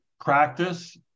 practice